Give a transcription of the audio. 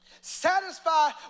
Satisfied